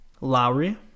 Lowry